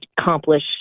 accomplish